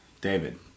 David